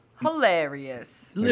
Hilarious